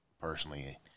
personally